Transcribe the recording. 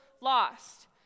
lost